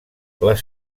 les